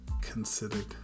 considered